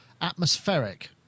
atmospheric